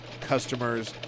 customers